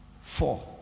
Four